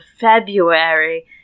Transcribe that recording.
February